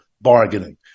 bargaining